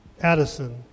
Addison